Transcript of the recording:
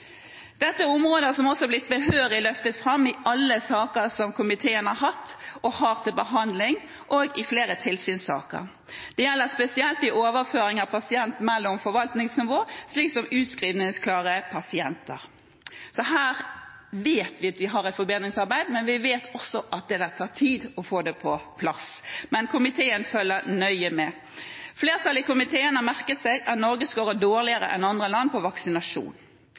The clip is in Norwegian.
Dette er områder som også er blitt behørig løftet fram i alle saker som komiteen har hatt og har til behandling – også i flere tilsynssaker. Det gjelder spesielt ved overføring av pasienter mellom forvaltningsnivåer, slik som utskrivningsklare pasienter. Her vet vi at vi har et forbedringsarbeid, men vi vet også at det tar tid å få det på plass. Komiteen følger nøye med. Flertallet i komiteen har merket seg at Norge skårer dårligere enn andre land på vaksinasjon.